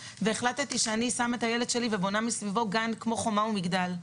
והחלטתי שאני שמה את הילד שלי ובונה מסביבו גן כמו חומה ומגדל.